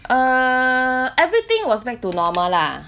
err everything was back to normal lah